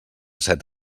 set